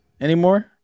anymore